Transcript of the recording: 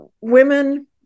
women